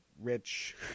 rich